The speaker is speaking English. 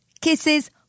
Kisses